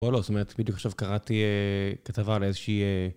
או לא, זאת אומרת, בדיוק עכשיו קראתי כתבה לאיזושהי...